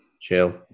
chill